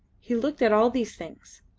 he looked at all these things,